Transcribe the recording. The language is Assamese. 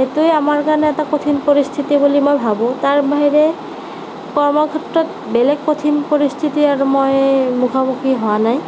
এইটোৱে আমাৰ কাৰণে এটা কঠিন পৰিস্থিতি বুলি মই ভাবোঁ তাৰ বাহিৰে কৰ্মক্ষেত্ৰত বেলেগ কঠিন পৰিস্থিতি আৰু মই মুখামুখি হোৱা নাই